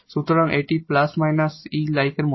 সুতরাং এটি ± 𝑒 এর মত